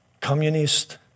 communist